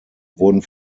wurden